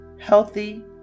healthy